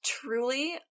Truly